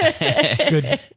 Good